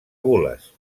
gules